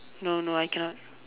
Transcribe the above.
no no I cannot